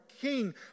king